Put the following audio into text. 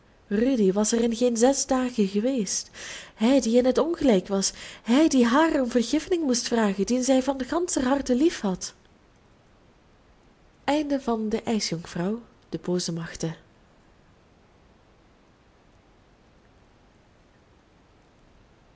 rudy was er in geen zes dagen geweest hij die in het ongelijk was hij die haar om vergiffenis moest vragen dien zij van ganscher harte liefhad